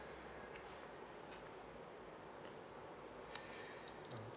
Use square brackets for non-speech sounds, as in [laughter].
[breath]